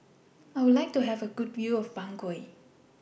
I Would like to Have A Good View of Bangui